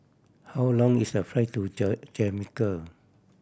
how long is the flight to Jamaica